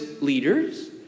leaders